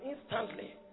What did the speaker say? instantly